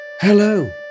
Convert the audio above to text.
Hello